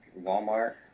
Walmart